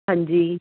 ਹਾਂਜੀ